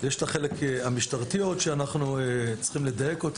יש גם החלק המשטרתי שאנחנו צריכים לדייק אותו